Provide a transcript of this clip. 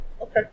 Okay